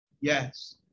Yes